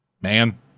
Man